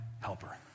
Helper